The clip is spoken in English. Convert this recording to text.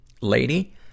lady